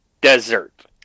desert